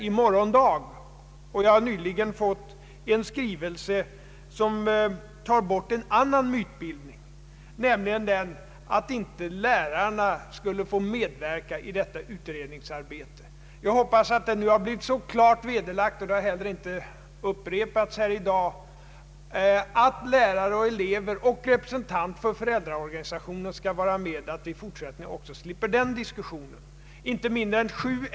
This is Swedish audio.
Jag har nyligen fått en skrivelse som tar bort en annan mytbildning, nämligen den att inte lärarna skulle få medverka i detta utredningsarbete. Det påståendet har inte upprepats här i dag, och jag hoppas att det nu står fullt klart att lärare, elever och representant = för = föräldraorganisationen skall vara med, så att vi i fortsättningen också slipper den diskussionen.